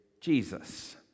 Jesus